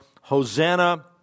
Hosanna